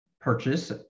purchase